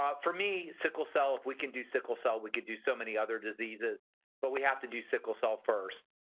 um for me, sickle cell, if we can do sickle cell we can do so many other diseases diseases but we have to do sickle cell first.